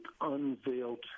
unveiled